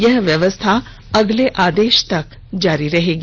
यह व्यवस्था अगले आदेश तक जारी रहेगी